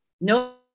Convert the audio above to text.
no